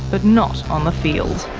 but not on the field.